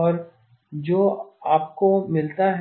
और जो आपको मिलता है